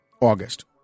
August